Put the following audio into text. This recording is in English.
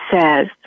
says